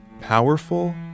powerful